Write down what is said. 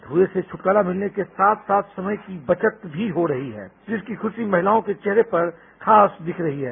धुंए से छुटकारा मिलने के साथ साथ समय की बचत हो रही है जिसकी खुशी महिलाओं के चेहरे पर दिख रही है